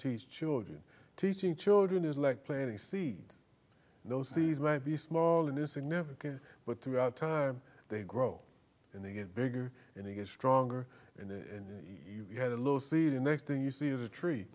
teach children teaching children is like planting seeds and those seeds might be small and insignificant but throughout time they grow and they get bigger and you get stronger and you had a little seed and next thing you see is a